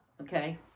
okay